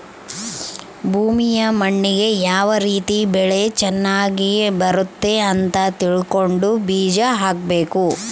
ಭೂಮಿಯ ಮಣ್ಣಿಗೆ ಯಾವ ರೀತಿ ಬೆಳೆ ಚನಗ್ ಬರುತ್ತೆ ಅಂತ ತಿಳ್ಕೊಂಡು ಬೀಜ ಹಾಕಬೇಕು